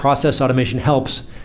process automation helps,